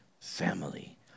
family